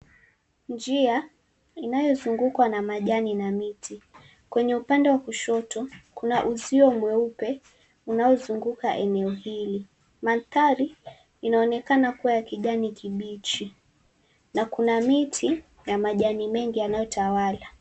Njia inayozungukwa na majani na miti, kwenye upande wa kushoto kuna uzio mweupe unaozunguka eneo hili, mandhari inaonekana kuwa ya kijani kibichi na kuna miti ya majani mengi yanayotawala.